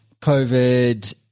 COVID